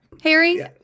Harry